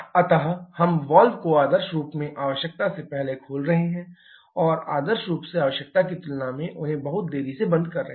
अतःहम valve को आदर्श रूप में आवश्यकता से पहले खोल रहे हैं और आदर्श रूप से आवश्यकता की तुलना में उन्हें बहुत देरी से बंद कर रहे हैं